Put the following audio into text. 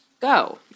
go